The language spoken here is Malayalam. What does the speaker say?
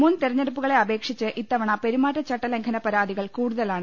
മുൻതെരഞ്ഞെടുപ്പുകളെ അപേക്ഷിച്ച് ഇത്തവണ പെരുമാറ്റച്ചട്ടലംഘന പരാതികൾ കൂടുതലാണ്